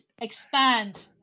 expand